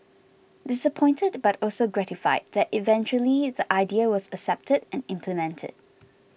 disappointed but also gratified that eventually the idea was accepted and implemented